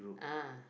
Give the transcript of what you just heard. ah